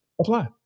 apply